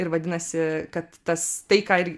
ir vadinasi kad tas tai ką ir